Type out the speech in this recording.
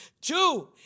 Two